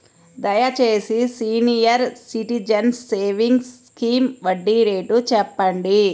దయచేసి senior citizens savings scheme వడ్డీ rate చెప్పండి